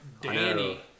Danny